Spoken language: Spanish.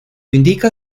indica